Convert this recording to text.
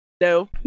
No